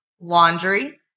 laundry